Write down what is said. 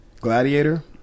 Gladiator